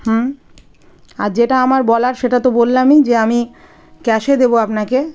হুম আর যেটা আমার বলার সেটা তো বললামই যে আমি ক্যাশে দেব আপনাকে